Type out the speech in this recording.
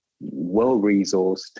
well-resourced